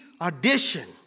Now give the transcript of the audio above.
audition